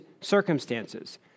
circumstances